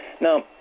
Now